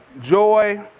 joy